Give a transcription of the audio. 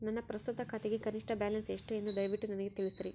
ನನ್ನ ಪ್ರಸ್ತುತ ಖಾತೆಗೆ ಕನಿಷ್ಠ ಬ್ಯಾಲೆನ್ಸ್ ಎಷ್ಟು ಎಂದು ದಯವಿಟ್ಟು ನನಗೆ ತಿಳಿಸ್ರಿ